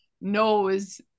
knows